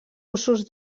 usos